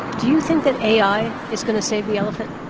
do you think that ai is going to save the elephant?